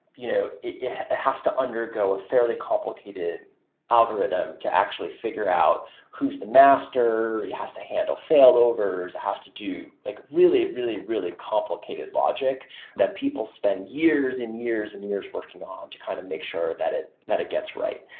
you know it has to undergo a fairly complicated algorithm to actually figure out who's the master, it has to handle failovers, it has to do like really, really, really complicated logic that people spend years and years and years working on to kind of make sure that it that it gets right.